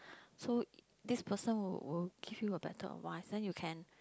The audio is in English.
so this person will will give you a better advice then you can